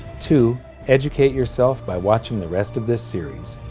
two educate yourself by watching the rest of this series,